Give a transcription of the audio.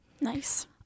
Nice